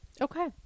Okay